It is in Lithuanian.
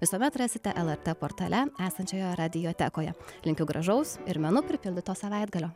visuomet rasite lrt portale esančioje radiotekoje linkiu gražaus ir menu pripildyto savaitgalio